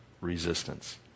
resistance